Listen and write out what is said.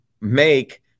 make